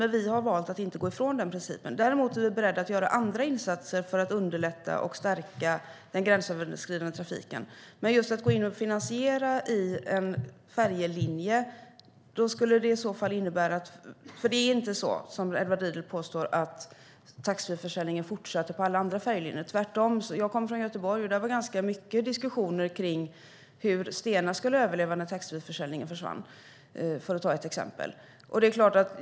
Men vi har valt att inte gå ifrån den principen. Däremot är vi beredda att göra andra insatser för att underlätta och stärka den gränsöverskridande trafiken. Men när det gäller att finansiera en färjelinje: Det är inte som Edward Riedl påstår, att taxfreeförsäljningen fortsätter på alla andra färjelinjer - tvärtom. Jag kommer från Göteborg, och där var det ganska mycket diskussioner kring hur Stena skulle överleva när taxfreeförsäljningen försvann, för att ta ett exempel.